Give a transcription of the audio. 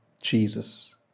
Jesus